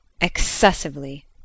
Excessively